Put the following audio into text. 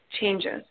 changes